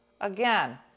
Again